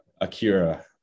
Akira